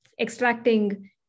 extracting